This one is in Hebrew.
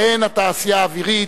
בהן התעשייה האווירית,